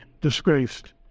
disgraced